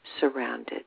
surrounded